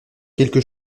quelque